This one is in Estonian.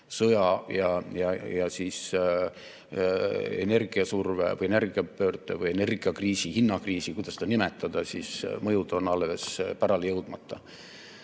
sõja ja energia surve või energiapöörde või energiakriisi, hinnakriisi surve – kuidas seda nimetada – mõjud on alles pärale jõudmata.